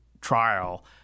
trial